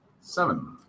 Seven